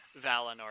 Valinor